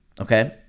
okay